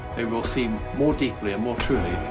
and we'll see more deeply and more truly.